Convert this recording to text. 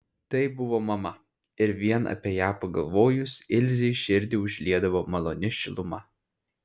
tai buvo mama ir vien apie ją pagalvojus ilzei širdį užliedavo maloni šiluma